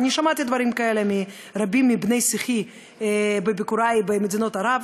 שמעתי דברים כאלה מרבים מבני שיחי בביקורי במדינות ערב,